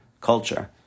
culture